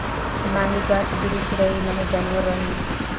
नाही गाछ बिरिछ रही नाही जन जानवर रही